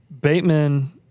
Bateman